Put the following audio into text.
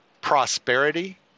prosperity